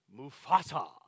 Mufasa